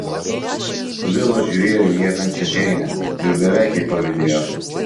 vilas žiūrėjo į miegančią džeinę ir beveik jai pavydėjo